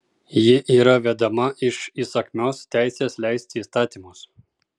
ji yra vedama iš įsakmios teisės leisti įstatymus